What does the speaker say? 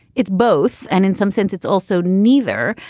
it's both. and in some sense, it's also neither.